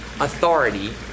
authority